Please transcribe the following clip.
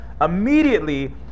Immediately